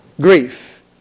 grief